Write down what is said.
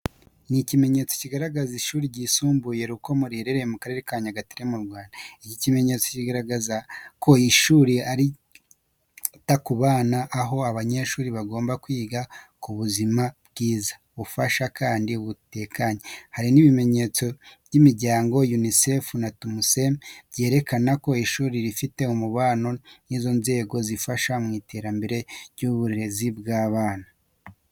Ni ikimenyetso kigaragaza ishuri ryisumbuye rukomo riherereye mu karere ka Nyagatare mu Rwanda. Iki kimenyetso kigaragaza ko ari ishuri ryita ku bana, aho abanyeshuri bagomba kwiga mu buzima bwiza bufasha kandi butekanye. Hari n'ibimenyetso by'imiryango nka UNICEF na TUSEME, byerekana ko ishuri rifite umubano n’izo nzego zifasha mu iterambere ry'uburezi bw'abana.